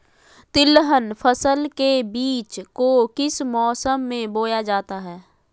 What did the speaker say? तिलहन फसल के बीज को किस मौसम में बोया जाता है?